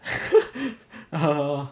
err